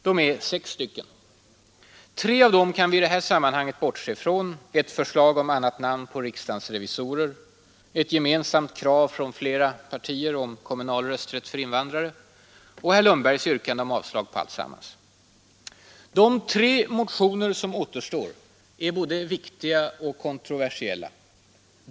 Det är sex stycken. Tre av dem kan vi i det här sammanhanget bortse från: ett förslag om annat namn på riksdagens revisor kommunal rösträtt för invandrare och herr Lundbergs yrkande om avslag på alltsammans. De tre motioner som återstår är både viktiga och kontroversiella.